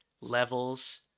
levels